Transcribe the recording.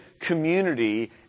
community